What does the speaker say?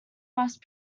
must